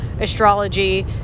astrology